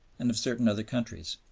and of certain other countries.